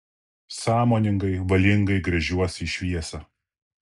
sąmoningai valingai gręžiuosi į šviesą